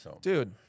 Dude